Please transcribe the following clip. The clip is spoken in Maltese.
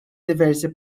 diversi